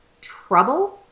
trouble